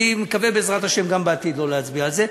אני מקווה, בעזרת השם, גם בעתיד לא להצביע על זה.